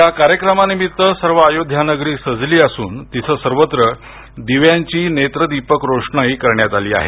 या कार्यामानिमित्त सर्व अयोध्या नगरी सजली असून तिथं सर्वत्र दिव्यांची नेत्रदीपक रोषणाई करण्यात आली आहे